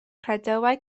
credoau